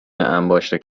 انباشت